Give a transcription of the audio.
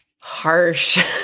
harsh